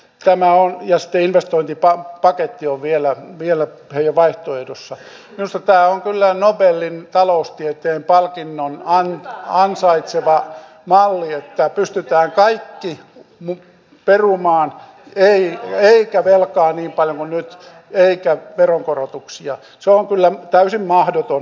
tämä on jas pylväs tulkitaan paketti on vielä vielä ja vaihtoehdossa jossa pää on kyllä nobelin taloustieteen enemmänkin mahdollisuutena terävöittää toimintaa ja pystyttää kaikki muut perumaan köyhä eikä velkaa niin paljon on nyt eikä keskittyä osaamiseen tutkintojen tehtailun sijaan